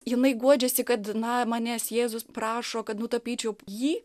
jinai guodžiasi kad na manęs jėzus prašo kad nutapyčiau jį